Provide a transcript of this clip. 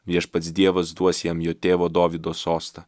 viešpats dievas duos jam jo tėvo dovydo sostą